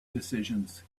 decisions